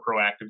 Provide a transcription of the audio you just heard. proactive